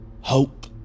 hope